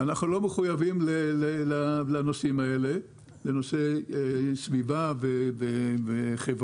אנחנו לא מחויבים לנושאים האלה של סביבה וחברה,